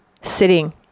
sitting